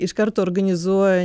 iš karto organizuoja